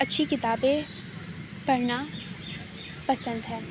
اچھی کتابیں پڑھنا پسند ہے